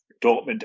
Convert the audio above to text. Dortmund